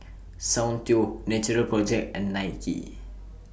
Soundteoh Natural Project and Nike